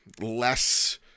less